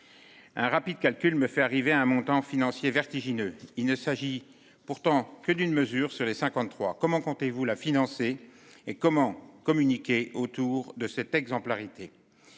Un rapide calcul me fait arriver à un montant financier vertigineuse. Il ne s'agit pourtant que d'une mesure sur les 53, comment comptez-vous la financer et comment communiquer autour de cette exemplarité.